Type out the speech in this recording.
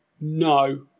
No